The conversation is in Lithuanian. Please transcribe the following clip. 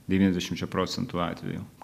devyniasdešimčia procentų atvejų